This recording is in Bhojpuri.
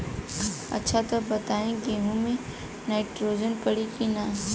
अच्छा त ई बताईं गेहूँ मे नाइट्रोजन पड़ी कि ना?